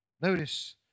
Notice